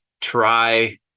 try